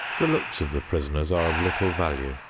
the looks of the prisoners are of little value.